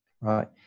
right